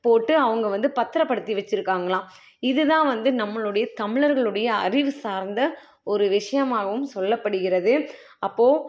போட்டு அவங்க வந்து பத்திரப்படுத்தி வச்சுருக்காங்களாம் இது தான் வந்து நம்மளுடைய தமிழர்களுடைய அறிவு சார்ந்த ஒரு விஷயமாகவும் சொல்லப்படுகிறது அப்போ